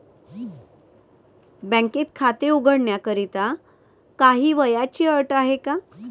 बँकेत खाते उघडण्याकरिता काही वयाची अट आहे का?